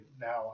now